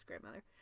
grandmother